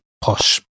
posh